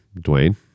Dwayne